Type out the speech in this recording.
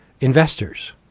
investors